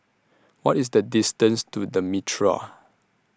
What IS The distance to The Mitraa